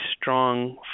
strong